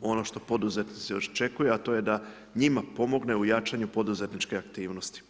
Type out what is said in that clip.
ono što poduzetnici očekuju a to je da njima pomogne u jačanju poduzetničke aktivnosti.